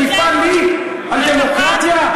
מטיפה לי על דמוקרטיה,